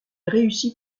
réussit